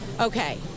Okay